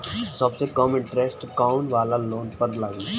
सबसे कम इन्टरेस्ट कोउन वाला लोन पर लागी?